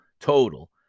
total